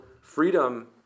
freedom